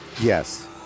yes